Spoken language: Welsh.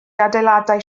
adeiladau